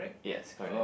yes correct